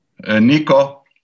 Nico